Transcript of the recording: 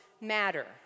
matter